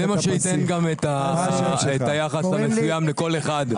זה מה שייתן גם את היחס המסוים לכל אחד.